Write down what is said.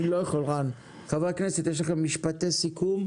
יש לכם משפטי סיכום?